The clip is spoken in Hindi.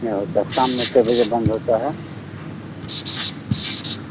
नहीं होता शाम में कै बजे बंद होता है हाँ